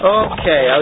okay